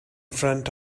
front